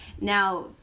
Now